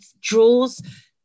draws